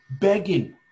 begging